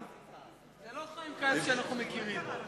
לא חיים כץ שאנחנו מכירים.